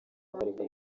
akareka